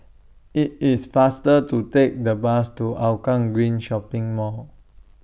IT IS faster to Take The Bus to Hougang Green Shopping Mall